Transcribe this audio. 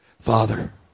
Father